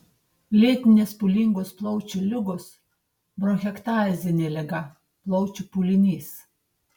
lėtinės pūlingos plaučių ligos bronchektazinė liga plaučių pūlinys